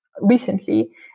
recently